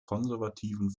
konservativen